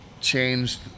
changed